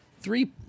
three